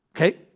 Okay